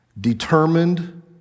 Determined